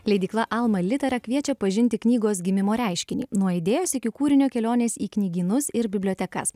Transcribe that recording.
leidykla alma litera kviečia pažinti knygos gimimo reiškinį nuo idėjos iki kūrinio kelionės į knygynus ir bibliotekas